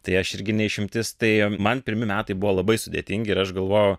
tai aš irgi ne išimtis tai man pirmi metai buvo labai sudėtingi ir aš galvojau